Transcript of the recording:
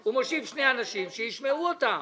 הוא מושיב שני אנשים, שישמעו אותם.